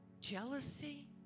Jealousy